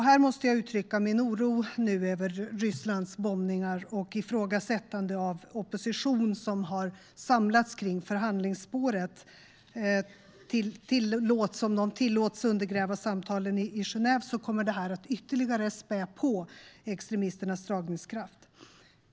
Här måste jag uttrycka min oro över att om Rysslands bombningar och ifrågasättande av den opposition som har samlats kring förhandlingsspåret tillåts undergräva samtalen i Genève kommer det att ytterligare spä på extremisternas dragningskraft.